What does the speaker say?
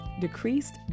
decreased